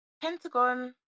Pentagon